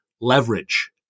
leverage